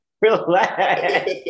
Relax